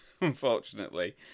unfortunately